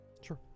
Sure